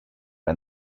and